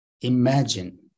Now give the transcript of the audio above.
Imagine